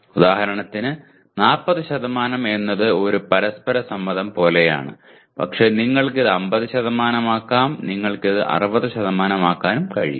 ഉദാഹരണത്തിന് 40 എന്നത് ഒരു പരസ്പര സമ്മതം പോലെയാണ് പക്ഷേ നിങ്ങൾക്ക് ഇത് 50 ആക്കാം നിങ്ങൾക്ക് അത് 60 ആക്കാനും കഴിയും